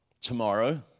tomorrow